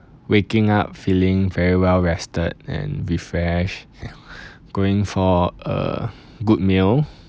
waking up feeling very well rested and refreshed going for a good meal